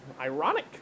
Ironic